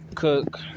cook